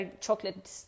chocolate